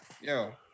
yo